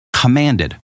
commanded